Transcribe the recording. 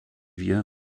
wir